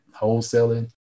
wholesaling